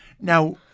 Now